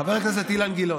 חבר הכנסת אילן גילאון,